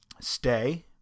stay